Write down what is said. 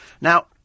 Now